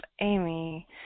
Amy